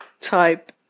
type